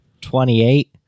Twenty-eight